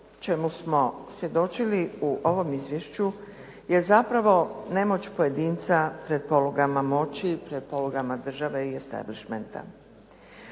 čemu smo svjedočili u ovom izvješću je zapravo nemoć pojedinca pred polugama moći, pred polugama države i establistment.